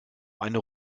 eine